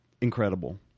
incredible